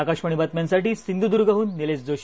आकाशवाणी बातम्यांसाठी सिंधुदूर्गहून निलेश जोशी